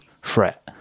fret